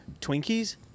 Twinkies